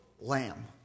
lamb